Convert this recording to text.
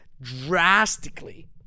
drastically